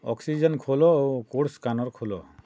oxygen ଖୋଲ ଓ code scanner ଖୋଲ